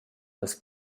las